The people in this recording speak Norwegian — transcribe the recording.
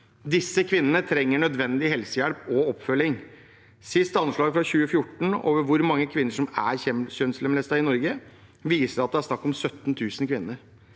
Disse kvinnene trenger nødvendig helsehjelp og oppfølging. Siste anslag fra 2014 over hvor mange kvinner som er kjønnslemlestet i Norge, viser at det er snakk om 17 000 kvinner.